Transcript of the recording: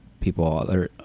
people